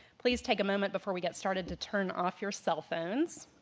please take a moment before we get started to turn off your cell phones,